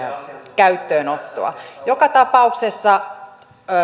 käyttöönottoa joka tapauksessa